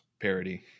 parody